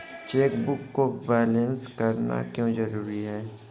Chequebook को balance करना क्यों जरूरी है?